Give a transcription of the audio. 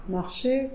marcher